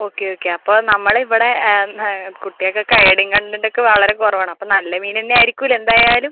okay okay അപ്പോൾ നമ്മളിവിടെ ആ കുട്ടികൾക്കൊക്കെ അയഡിൻ കണ്ടൻറ്റൊക്കെ വളരെ കുറവാണ് അപ്പോൾ നല്ല മീനന്നെ ആയിരിക്കൂലേ എന്തായാലും